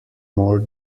more